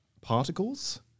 particles